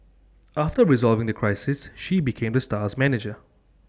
after resolving the crisis she became the star's manager